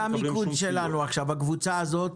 זה המיקוד שלנו עכשיו, הקבוצה הזאת.